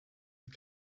die